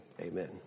Amen